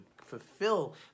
fulfill